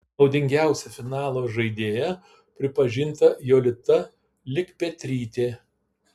naudingiausia finalo žaidėja pripažinta jolita likpetrytė